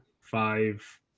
five